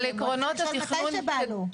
סמי יכול לשאול מתי שבא לו.